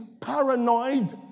paranoid